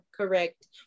correct